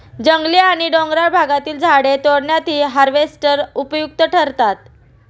जंगली आणि डोंगराळ भागातील झाडे तोडण्यातही हार्वेस्टर उपयुक्त ठरतात